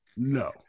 No